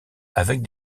avec